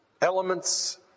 elements